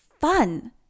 fun